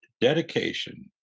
dedication